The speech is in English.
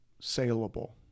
saleable